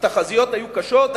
התחזיות היו קשות.